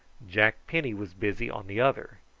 jack penny was busy on the other,